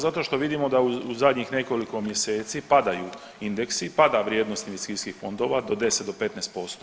Zato što vidimo da u zadnjih nekoliko mjeseci padaju indeksi, pada vrijednost investicijskih fondova od 10 do 15%